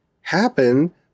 happen